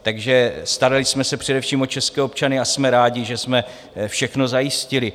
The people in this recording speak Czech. Takže starali jsme se především o české občany a jsme rádi, že jsme všechno zajistili.